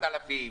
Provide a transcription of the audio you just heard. ו-7,000,